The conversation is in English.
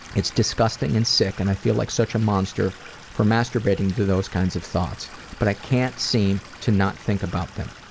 it's disgusting and sick and i feel like such a monster for masturbating to those kinds of thoughts but i can't seem to not think about them.